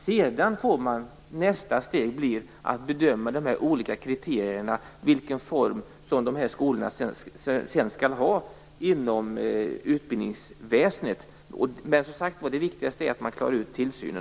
Sedan får nästa steg bli att bedöma de olika kriterierna och vilken form som de här skolorna sedan skall ha inom utbildningsväsendet. Det viktigaste är att man klarar ut tillsynen.